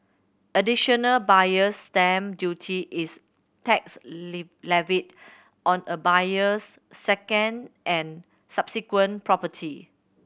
Additional Buyer's Stamp Duty is tax levied on a buyer's second and subsequent property